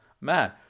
man